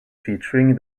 featuring